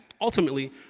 ultimately